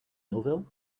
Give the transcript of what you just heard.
melville